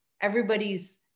everybody's